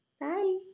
Bye